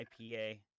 IPA